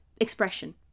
expression